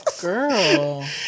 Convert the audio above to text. Girl